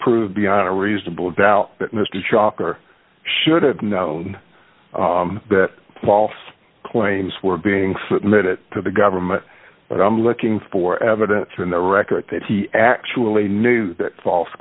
prove beyond a reasonable doubt that mr chalker should have known that false claims were being submitted to the government but i'm looking for evidence in the record that he actually knew that false